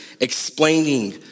explaining